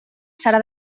serà